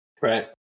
Right